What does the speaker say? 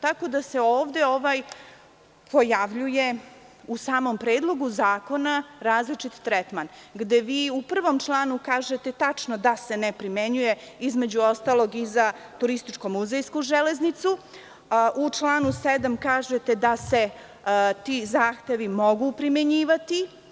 Tako da se ovde pojavljuje u samom Predlogu zakona različit tretman, gde vi u prvom članu kažete tačno da se ne primenjuje između ostalog i za turističko-muzejsku železnicu, a u članu 7. kažete da se ti zahtevi mogu primenjivati.